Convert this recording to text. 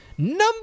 Number